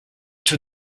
tout